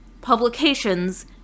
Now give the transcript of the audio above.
publications